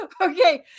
okay